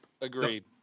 Agreed